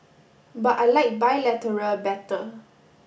but I like bilateral better